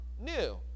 new